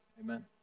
amen